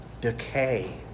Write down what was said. decay